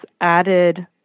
added